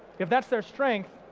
if that's their strength,